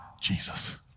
Jesus